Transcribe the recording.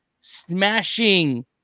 Smashing